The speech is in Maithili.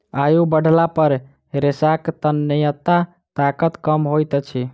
आयु बढ़ला पर रेशाक तन्यता ताकत कम होइत अछि